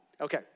Okay